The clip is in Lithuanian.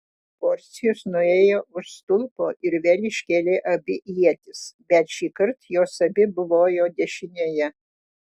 porcijus nuėjo už stulpo ir vėl iškėlė abi ietis bet šįkart jos abi buvojo dešinėje